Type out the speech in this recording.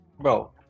bro